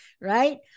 right